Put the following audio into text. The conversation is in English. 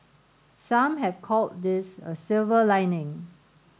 some have called this a silver lining